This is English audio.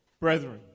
brethren